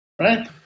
right